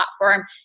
platform